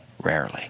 rarely